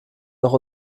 noch